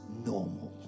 normal